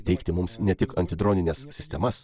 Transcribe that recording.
teikti mums ne tik antidronines sistemas